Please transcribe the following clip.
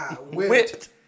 Whipped